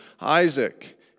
Isaac